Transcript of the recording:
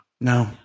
No